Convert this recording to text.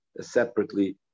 separately